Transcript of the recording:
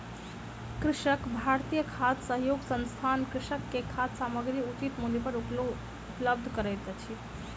कृषक भारती खाद्य सहयोग संस्थान कृषक के खाद्य सामग्री उचित मूल्य पर उपलब्ध करबैत अछि